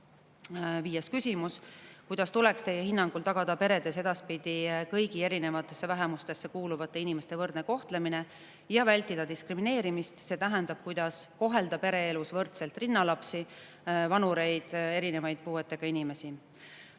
Viies küsimus. Kuidas tuleks teie hinnangul tagada peredes edaspidi kõigi erinevatesse vähemustesse kuuluvate inimeste võrdne kohtlemine ja vältida diskrimineerimist, see tähendab, kuidas kohelda pereelus võrdselt rinnalapsi, vanureid, erinevaid puuetega inimesi?